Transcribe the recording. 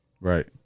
Right